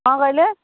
କ'ଣ କହିଲେ